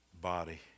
body